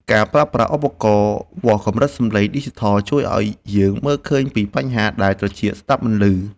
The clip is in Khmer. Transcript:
ការប្រើប្រាស់ឧបករណ៍វាស់កម្រិតសំឡេងឌីជីថលជួយឱ្យយើងមើលឃើញពីបញ្ហាដែលត្រចៀកស្ដាប់មិនឮ។